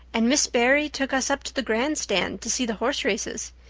and miss barry took us up to the grandstand to see the horse races.